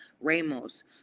Ramos